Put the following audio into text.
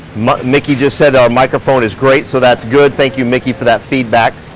miki just said our microphone is great. so that's good. thank you miki for that feedback.